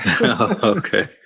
Okay